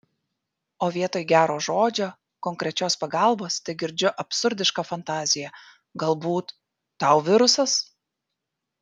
o vietoj gero žodžio konkrečios pagalbos tegirdžiu absurdišką fantaziją galbūt tau virusas